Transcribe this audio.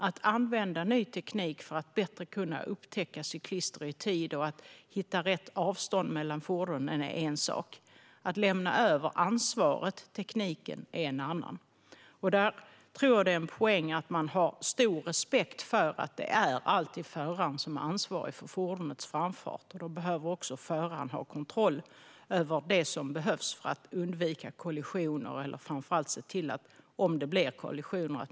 Att använda ny teknik för att bättre kunna upptäcka cyklister i tid och hitta rätt avstånd mellan fordonen är en sak. Att lämna över ansvaret till tekniken är en annan. Jag tror att det finns en poäng i att man har stor respekt för att det alltid är föraren som är ansvarig för fordonets framfart. Då måste föraren också kunna ha kontroll över det som behövs för att undvika kollisioner och framför allt att minimera personskada om det blir en kollision.